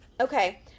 okay